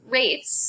rates